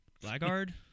Blackguard